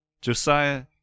Josiah